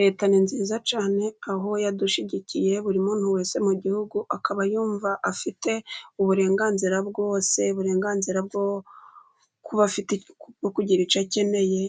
Leta ni nziza cyane, aho yadushyigikiye buri muntu wese mu gihugu akaba yumva afite uburenganzira bwose, uburenganzira bwo kugira icyo akeneye